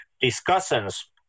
discussions